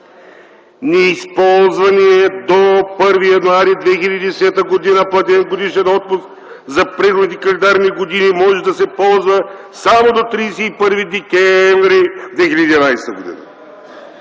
„Неизползваният до 1 януари 2010 г. платен годишен отпуск за предходни календарни години може да се ползва само до 31 декември 2011 г.”